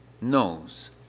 knows